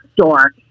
store